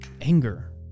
Anger